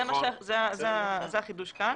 זה החידוש כאן.